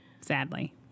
Sadly